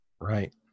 Right